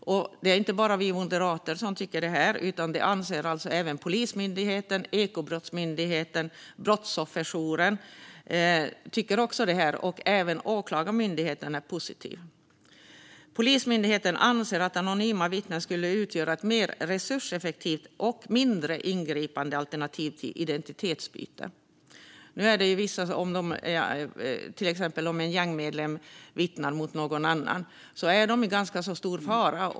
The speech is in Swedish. Det är inte bara vi moderater som tycker det här, utan även Polismyndigheten, Ekobrottsmyndigheten och Brottsofferjouren. Åklagarmyndigheten är också positiv. Polismyndigheten anser att anonyma vittnen skulle utgöra ett mer resurseffektivt och mindre ingripande alternativ till identitetsbyte. Till exempel är en gängmedlem som vittnar mot någon annan i ganska stor fara.